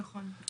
נכון.